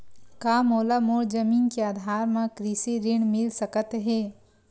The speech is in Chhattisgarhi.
का मोला मोर जमीन के आधार म कृषि ऋण मिल सकत हे?